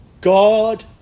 God